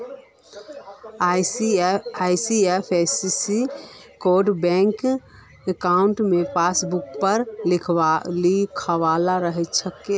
IFSC code bank अंकाउट पासबुकवर पर लिखाल रह छेक